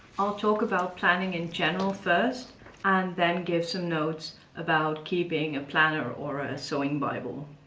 i'll talk about planning in general first and then give some notes about keeping a planner or a sewing bible.